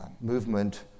movement